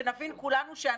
שנבין כולנו,